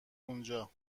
اونجا